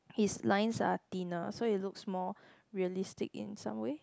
his lines are thinner so it looks more realistic in some way